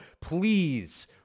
please